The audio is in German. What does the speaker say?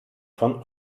von